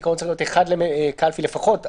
בעיקרון צריכה להיות קלפי אחת לפחות למבודדים,